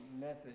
method